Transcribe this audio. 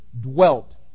dwelt